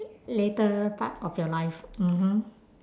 later part of your life mmhmm